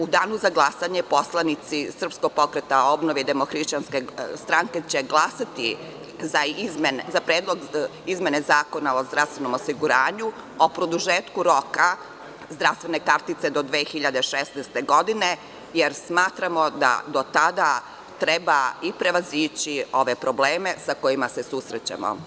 U danu za glasanje poslanici SPO-DHSS će glasati za predlog izmene Zakona o zdravstvenom osiguranju, o produženju roka zdravstvene kartice do 2016. godine, jer smatramo da do tada treba i prevazići ove probleme sa kojima se susrećemo.